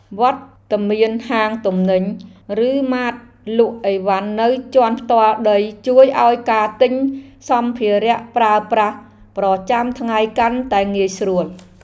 វត្តមានហាងទំនិញ ឬម៉ាតលក់អីវ៉ាន់នៅជាន់ផ្ទាល់ដីជួយឱ្យការទិញសម្ភារប្រើប្រាស់ប្រចាំថ្ងៃកាន់តែងាយស្រួល។